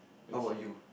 how about you